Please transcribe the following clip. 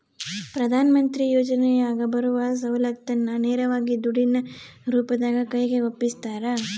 ಪ್ರಧಾನ ಮಂತ್ರಿ ಯೋಜನೆಯಾಗ ಬರುವ ಸೌಲತ್ತನ್ನ ನೇರವಾಗಿ ದುಡ್ಡಿನ ರೂಪದಾಗ ಕೈಗೆ ಒಪ್ಪಿಸ್ತಾರ?